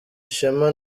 ishema